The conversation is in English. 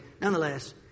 nonetheless